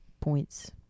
points